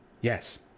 Yes